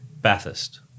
Bathurst